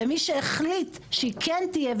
ומי שהחליט שהיא כן תהיה,